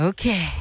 Okay